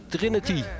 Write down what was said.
Trinity